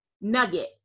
nugget